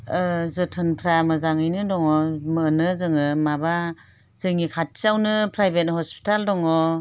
जोथोनफोरा मोजाङैनो दङ मोनो जोङो माबा जोंनि खाथियावनो प्राइभेट हस्पिटाल दङ